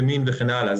מין וכן הלאה.